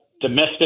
domestic